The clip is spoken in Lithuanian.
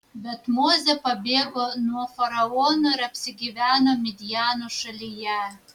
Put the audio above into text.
bet mozė pabėgo nuo faraono ir apsigyveno midjano šalyje